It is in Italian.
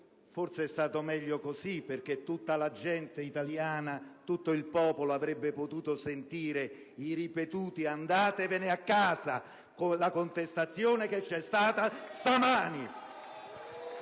forse è stato meglio così, perché tutta la gente, tutto il popolo italiano avrebbe potuto sentire i ripetuti «Andatevene a casa!» nella contestazione che c'è stata stamani.